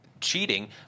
cheating